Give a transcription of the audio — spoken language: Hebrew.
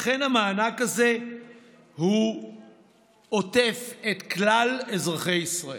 אכן, המענק הזה הוא עוטף את כלל אזרחי ישראל,